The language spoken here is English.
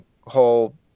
whole